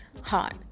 hot